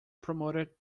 promoted